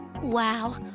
Wow